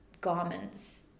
garments